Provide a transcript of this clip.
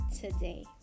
today